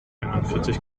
einundvierzig